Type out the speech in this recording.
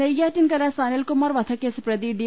നെയ്യാറ്റിൻക്ര സനൽകുമാർ വധക്കേസ് പ്രതി ഡി